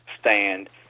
stand